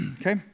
okay